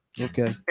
Okay